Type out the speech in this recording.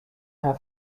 her